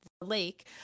lake